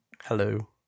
Hello